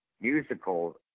musical